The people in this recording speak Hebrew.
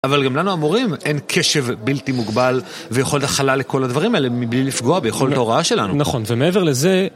אבל גם לנו המורים אין קשב בלתי מוגבל ויכולת הכלה לכל הדברים האלה מבלי לפגוע ביכולת ההוראה שלנו. נכון, ומעבר לזה...